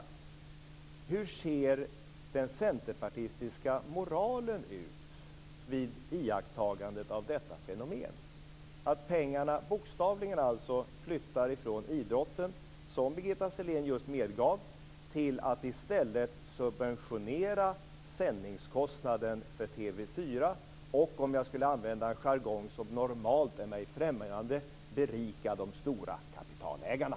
Hur ser då den centerpartistiska moralen ut vid iakttagandet av detta fenomen, dvs. att pengarna bokstavligen flyttar från idrotten, som Birgitta Sellén just medgav, till att i stället subventionera sändningskostnaden för TV 4? Om jag skulle använda en jargong som normalt är mig främmande är det att berika de stora kapitalägarna.